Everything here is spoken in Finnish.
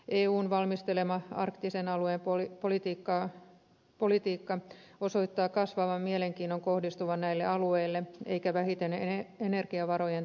eun valmistelema arktisen alueen politiikka osoittaa kasvavan mielenkiinnon kohdistuvan näille alueille eikä vähiten energiavarojen takia